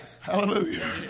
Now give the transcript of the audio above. Hallelujah